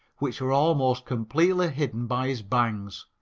which were almost completely hidden by his bangs.